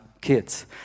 kids